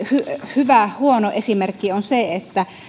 hyvä huono esimerkki on se että